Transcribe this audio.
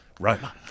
Roma